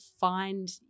find